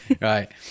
right